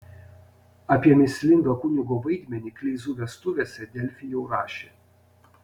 apie mįslingą kunigo vaidmenį kleizų vestuvėse delfi jau rašė